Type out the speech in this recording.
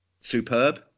Superb